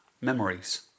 memories